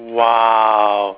!wow!